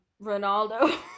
Ronaldo